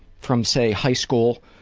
from, say, high school